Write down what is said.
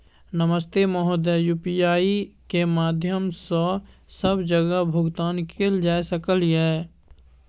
नमस्ते महोदय, यु.पी.आई के माध्यम सं सब जगह भुगतान कैल जाए सकल ये?